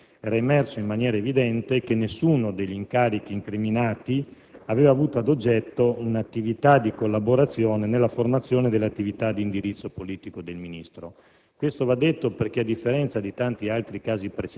Secondo il Collegio per i reati ministeriali era emerso in maniera evidente che nessuno degli incarichi incriminati aveva avuto ad oggetto un'attività di collaborazione nella formazione dell'attività di indirizzo politico del Ministro.